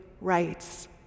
rights